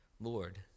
Lord